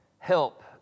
Help